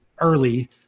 early